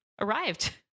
arrived